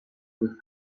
with